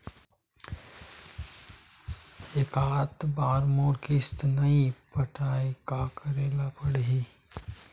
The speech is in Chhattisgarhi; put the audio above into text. एकात बार मोर किस्त ला नई पटाय का करे ला पड़ही?